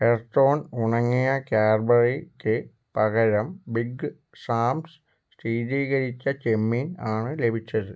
Earthon ഉണങ്ങിയ കാൻബെറിക്ക് പകരം ബിഗ് സാംസ് ശീതീകരിച്ച ചെമ്മീൻ ആണ് ലഭിച്ചത്